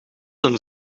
een